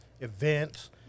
Events